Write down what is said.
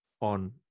on